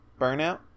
burnout